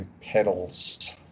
pedals